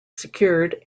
secured